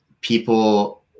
people